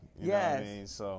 Yes